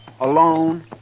alone